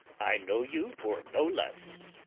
i know you for no lesse